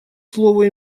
слово